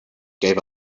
gave